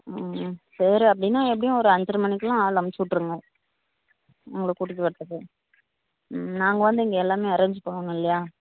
ம் சரி அப்படினா எப்படியும் ஒரு அஞ்சரை மணிக்கு எல்லாம் ஆள் அனுப்பிச்சு விட்டுருங்க எங்களை கூட்டிகிட்டு வரதுக்கு நாங்கள் வந்து இங்கே எல்லாமே அரேஞ் பண்ணனும் இல்லையா